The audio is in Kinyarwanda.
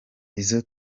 izo